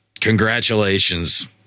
Congratulations